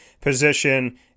position